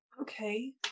Okay